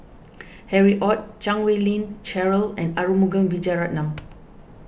Harry Ord Chan Wei Ling Cheryl and Arumugam Vijiaratnam